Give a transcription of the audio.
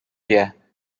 wie